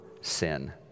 sin